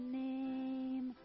name